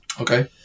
Okay